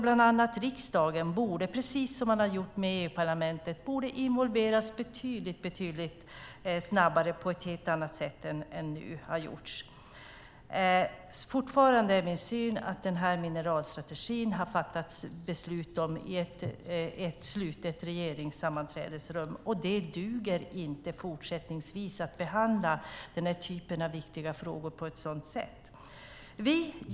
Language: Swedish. Bland annat riksdagen borde, precis som man har gjort med EU-parlamentet, involveras betydligt snabbare på ett helt annat sätt än vad som nu har gjorts. Fortfarande är min syn att man har fattat beslut om mineralstrategin i ett slutet regeringssammanträdesrum. Det duger inte fortsättningsvis att behandla den här typen av viktiga frågor på ett sådant sätt.